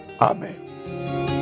Amen